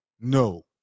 No